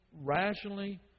rationally